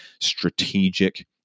strategic